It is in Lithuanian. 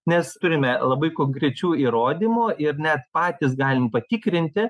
nes turime labai konkrečių įrodymų ir net patys galim patikrinti